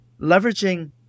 leveraging